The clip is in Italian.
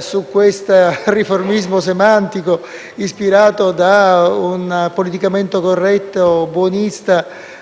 su questo riformismo semantico, ispirato da un politicamente corretto buonista,